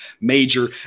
major